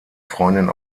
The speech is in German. freundin